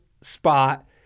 spot